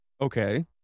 Okay